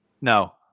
No